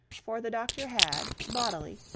for the doctor had, bodily,